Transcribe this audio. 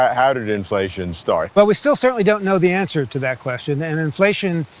um how did inflation start? well, we still certainly don't know the answer to that question and inflation,